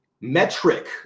metric